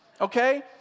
okay